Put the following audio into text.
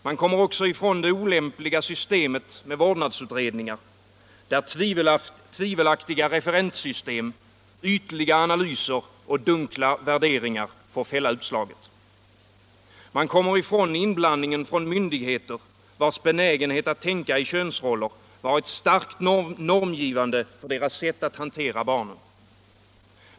Man kommer också ifrån det olämpliga systemet med vårdnadsutredningar, där tvivelaktiga referenssystem, ytliga analyser och dunkla värderingar får fälla utslaget. Man kommer ifrån inblandningen från myndigheter, vars benägenhet att tänka i könsroller varit starkt normgivande för deras sätt att hantera barnen.